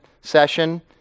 session